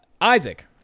Isaac